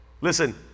listen